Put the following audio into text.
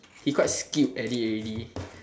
he quite skilled at it already